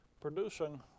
producing